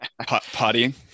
pottying